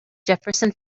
jefferson